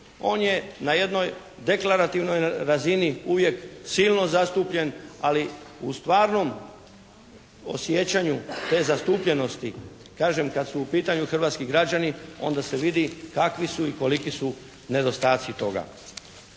On je na jednoj deklarativnoj razini uvijek silno zastupljen ali u stvarnom osjećanju te zastupljenosti kažem kad su u pitanju hrvatski građani, onda se vidi kakvi su i koliki su nedostaci toga.